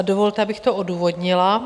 Dovolte, abych to odůvodnila.